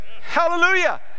hallelujah